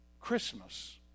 Christmas